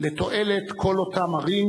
לתועלת כל אותן ערים